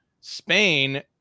Spain